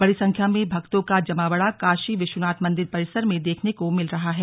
बड़ी संख्या में भक्तों का जमावड़ा काशी विश्वनाथ मंदिर परिसर में देखने को मिल रहा है